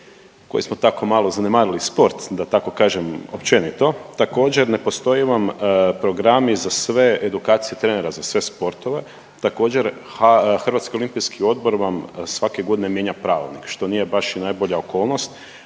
koji smo tako malo zanemarili sport da tako kažem općenito. Također ne postoji vam programi za sve edukacije trenera za sve sportove, također, Hrvatski olimpijski odbor vam svake godine mijenja pravilnik, što nije baš i najbolja okolnost,